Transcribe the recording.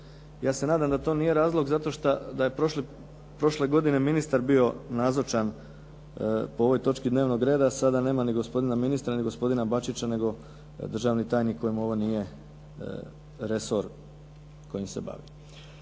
Ja se nadam da to nije razlog zato što je prošle godine ministar bio nazočan po ovoj točki dnevnog, a sada nema ni gospodina ministra, ni gospodina Bačića nego državni tajnik kojemu ovo nije resor kojim se bavi.